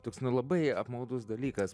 toks labai apmaudus dalykas